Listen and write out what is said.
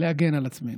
להגן על עצמנו.